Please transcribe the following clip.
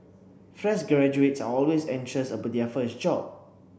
fresh graduates are always anxious about their first job